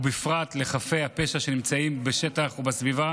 ובפרט לחפים מפשע שנמצאים בשטח ובסביבה